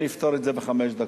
אני אפתור את זה בחמש דקות.